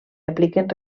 apliquen